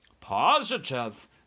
Positive